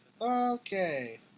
okay